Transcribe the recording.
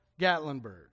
Gatlinburg